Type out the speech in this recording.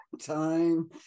time